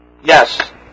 Yes